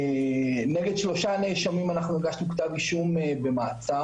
נגד שלושה נאשמים הגשנו כתב אישום במעצר,